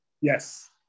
Yes